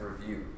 review